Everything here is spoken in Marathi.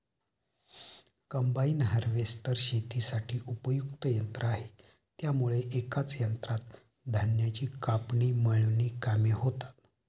कम्बाईन हार्वेस्टर शेतीसाठी उपयुक्त यंत्र आहे त्यामुळे एकाच यंत्रात धान्याची कापणी, मळणी कामे होतात